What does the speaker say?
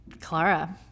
clara